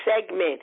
segment